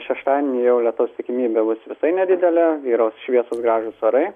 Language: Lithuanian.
šeštadienį jau lietaus tikimybė bus visai nedidelė vyraus šviesūs gražūs orai